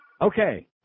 Okay